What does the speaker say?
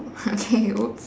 okay !oops!